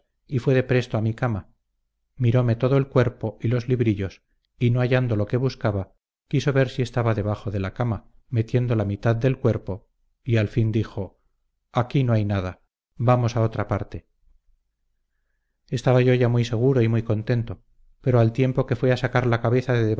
y fue de presto a mi cama mirome todo el cuerpo y los librillos y no hallando lo que buscaba quiso ver si estaba debajo de la cama metiendo la mitad del cuerpo y al fin dijo aquí no hay nada vamos a otra parte estaba yo ya muy seguro y muy contento pero al tiempo que fue a sacar la cabeza de